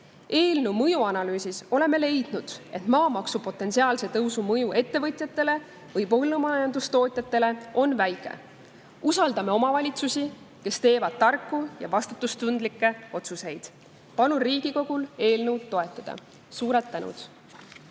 Eelnõu mõjuanalüüsis oleme leidnud, et maamaksu potentsiaalse tõusu mõju ettevõtjatele, sealhulgas põllumajandustootjatele, on väike. Usaldame omavalitsusi, kes teevad tarku ja vastutustundlikke otsuseid. Palun Riigikogul eelnõu toetada! Suur tänu!